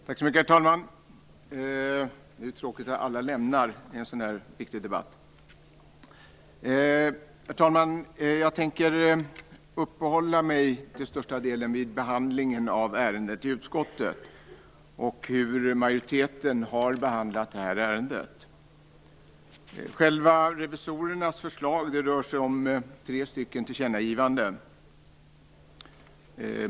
Herr talman! Det är tråkigt att ledamöterna lämnar kammaren i en så här viktig debatt. Jag tänker uppehålla mig till största delen vid behandlingen av ärendet i utskottet. Själva revisorernas förslag rör sig om tre tillkännagivanden.